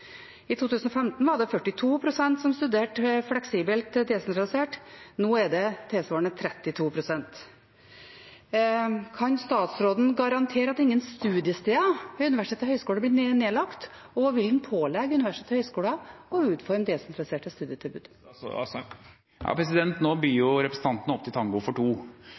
I 2015 var det 42 pst. som studerte fleksibelt desentralisert, nå er det tilsvarende 32 pst. Kan statsråden garantere at ingen studiesteder ved universiteter og høyskoler blir nedlagt, og vil han pålegge universiteter og høyskoler å utforme desentraliserte studietilbud? Nå byr jo representanten opp til tango for to,